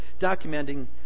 documenting